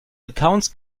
accounts